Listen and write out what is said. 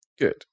Good